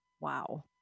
Wow